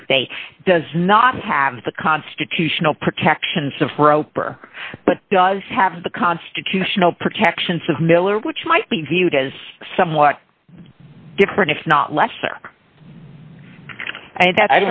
birthday does not have the constitutional protections of roper but does have the constitutional protections of miller which might be viewed as somewhat different if not lesser and that